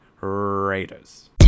Raiders